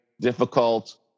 difficult